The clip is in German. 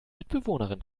mitbewohnerin